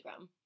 Instagram